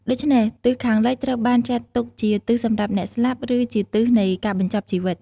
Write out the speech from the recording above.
ដូច្នេះ ទិសខាងលិចត្រូវបានចាត់ទុកជាទិសសម្រាប់អ្នកស្លាប់ ឬជាទិសនៃការបញ្ចប់ជីវិត។